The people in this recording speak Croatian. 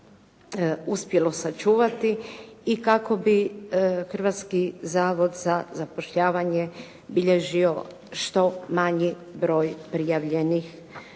uspjelo sačuvati i kako bi Hrvatski zavod za zapošljavanje bilježio što manji broj prijavljenih